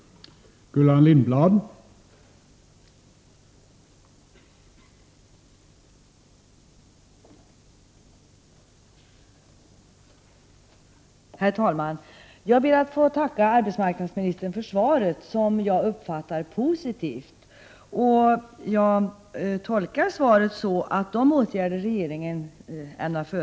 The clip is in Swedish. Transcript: ning om när kosmetiska och hygieniska preparat har testats på djur